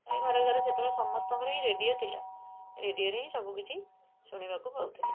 ଏ ଘରେ ଘରେ ସେତେବେଳେ ସମସ୍ତଙ୍କର ହିଁ ରେଡ଼ିଓ ଥିଲା ରେଡ଼ିଓରେ ହିଁ ସବୁକିଛି ଶୁଣିବାକୁ ପାଉଥିଲେ